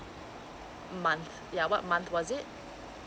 month yeah what month was it